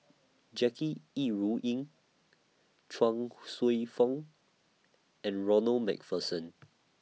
Jackie Yi Ru Ying Chuang Hsueh Fong and Ronald MacPherson